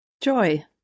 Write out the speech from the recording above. Joy